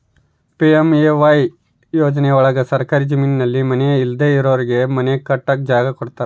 PMAY ಯೋಜನೆ ಒಳಗ ಸರ್ಕಾರಿ ಜಮೀನಲ್ಲಿ ಮನೆ ಇಲ್ದೆ ಇರೋರಿಗೆ ಮನೆ ಕಟ್ಟಕ್ ಜಾಗ ಕೊಡ್ತಾರ